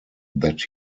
that